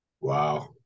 Wow